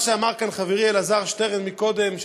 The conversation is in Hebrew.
מה שאמר כאן חברי אלעזר שטרן קודם,